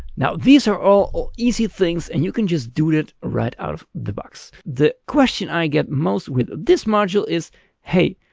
now, these are all easy things. and you can just do it right out of the box. the question i get most with this module is hey,